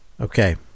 Okay